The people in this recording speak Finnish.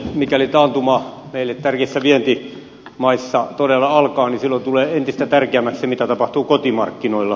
mikäli taantuma meille tärkeissä vientimaissa todella alkaa silloin tulee entistä tärkeämmäksi mitä tapahtuu kotimarkkinoilla